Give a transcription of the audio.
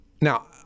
now